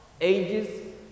Ages